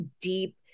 deep